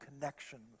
connections